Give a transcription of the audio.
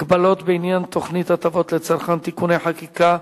הגבלות בעניין תוכנית הטבות לצרכן (תיקוני חקיקה),